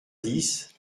dix